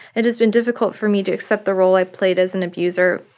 it has been difficult for me to accept the role i played as an abuser,